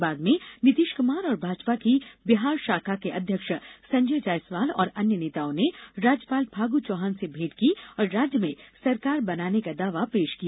बाद में नीतीश कुमार और भाजपा की बिहार शाखा के अध्यक्ष संजय जायसवाल और अन्य नेताओं ने राज्यपाल फाग् चौहान से भेंट की और राज्य में सरकार बनाने का दावा पेश किया